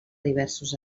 diversos